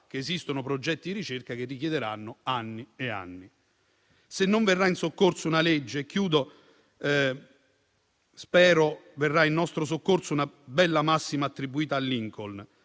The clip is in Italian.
che esistono progetti di ricerca che richiederanno anni e anni. Se non verrà in nostro soccorso una legge - e concludo - spero che verrà in nostro soccorso una bella massima attribuita a Lincoln: